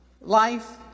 life